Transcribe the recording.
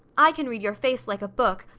i can read your face like a book.